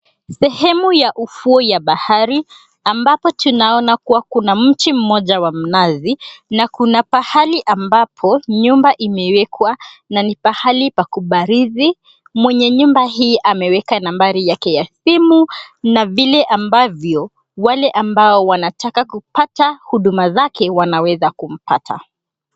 Sehemu ya ufuo ya bahari ambapo tunaona kuwa kuna mti mmoja wa mnazi, na kuna pahali ambapo nyumba imewekwa, na ni pahali pakubarizi. Mwenye nyumba hii ameweka nambari yake ya simu, na vile ambavyo wale ambao wanataka kupata huduma zake wanaweza kumpata.